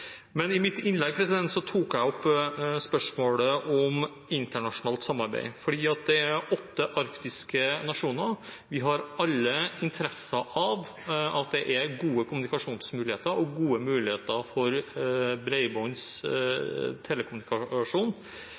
Men i mitt innlegg tok jeg opp spørsmålet om internasjonalt samarbeid, for det er åtte arktiske nasjoner, og vi har alle interesse av at det er gode kommunikasjonsmuligheter og gode muligheter for